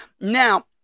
Now